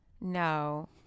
no